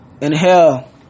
Inhale